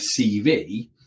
CV